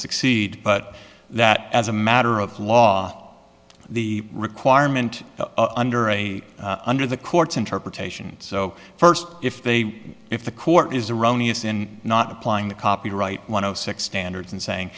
succeed but that as a matter of law the requirement under a under the court's interpretation so first if they if the court is erroneous in not applying the copyright one o six standards and saying